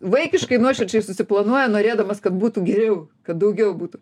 vaikiškai nuoširdžiai susiplanuoja norėdamas kad būtų geriau kad daugiau būtų